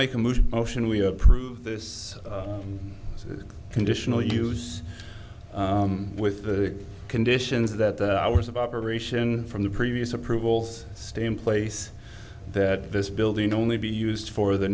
make a move ocean we approve this conditional use with the conditions that hours of operation from the previous approvals stay in place that this building only be used for the